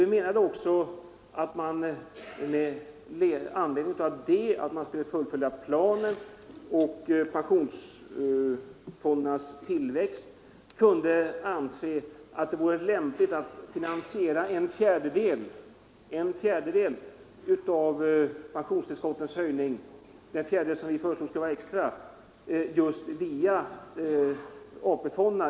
Vi menade också att man vid ett fullföljande av planen för pensionsfondernas tillväxt kunde anse det vara lämpligt att finansiera den extra höjning av pensionstillskotten, som vi föreslog, via AP-fonderna.